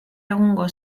egungo